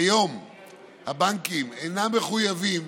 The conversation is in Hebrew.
כיום הבנקים אינם מחויבים